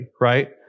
right